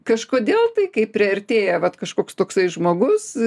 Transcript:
kažkodėl tai kai priartėja vat kažkoks toksai žmogus